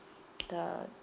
the